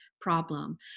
problem